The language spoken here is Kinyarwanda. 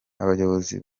abayobozi